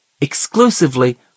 exclusively